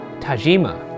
Tajima